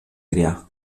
γριά